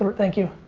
um thank you.